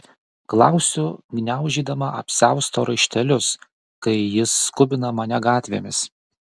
klausiu gniaužydama apsiausto raištelius kai jis skubina mane gatvėmis